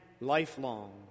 lifelong